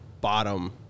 bottom